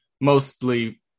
mostly